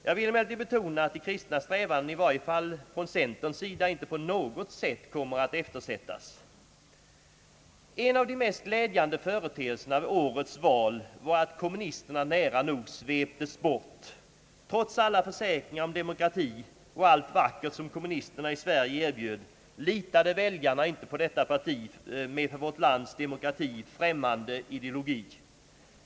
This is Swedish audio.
Jag vill emellertid betona att de kristna strävandena i varje fall från centerns sida icke på något sätt kommer att eftersättas. En av de mest glädjande företeelserna vid årets val var att kommunisterna nära nog sveptes bort. Trots alla försäkringar om demokrati och allt vackert, som kommunisterna i Sverige erbjöd, litade väljarna inte på detta parti med för vårt lands demokrati främmande ideologi.